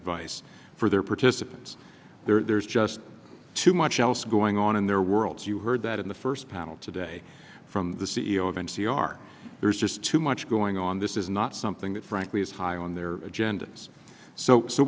advice for their participants there's just too much else going on in their world you heard that in the first panel today from the c e o of n c r there's just too much going on this is not something that frankly is high on their agendas so so